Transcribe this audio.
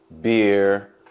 beer